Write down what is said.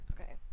Okay